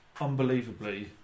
unbelievably